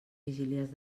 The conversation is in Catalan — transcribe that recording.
vigílies